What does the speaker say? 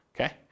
Okay